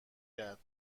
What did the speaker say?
کرد